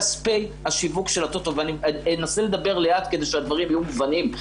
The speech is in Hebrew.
כספי השיווק של הטוטו אני אנסה לדבר לאט כדי שהדברים יהיו מובנים.